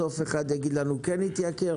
בסוף אחד יגיד לנו שזה התייקר,